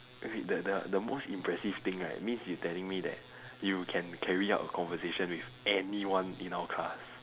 I mean the the most impressive thing right means you telling me that you can carry out a conversation with anyone in our class